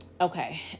okay